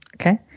Okay